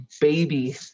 baby